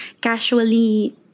casually